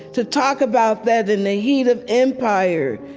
to talk about that in the heat of empire,